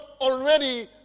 already